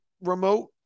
remote